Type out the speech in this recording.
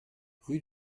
rue